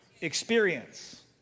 Experience